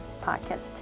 podcast